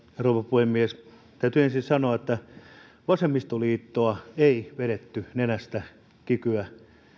rouva puhemies täytyy ensin sanoa että vasemmistoliittoa ei vedetty nenästä kikyä